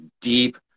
deep